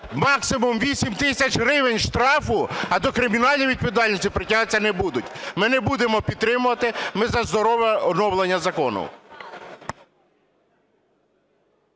максимум 8 тисяч гривень штрафу, а до кримінальної відповідальності притягатися не будуть. Ми не будемо підтримувати, ми за здорове оновлення закону.